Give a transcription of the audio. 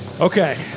Okay